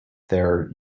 their